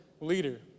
leader